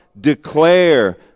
declare